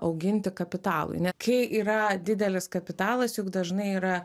auginti kapitalui ne kai yra didelis kapitalas juk dažnai yra